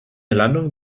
landung